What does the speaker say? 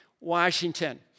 Washington